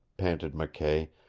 panted mckay.